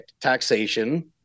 taxation